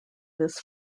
this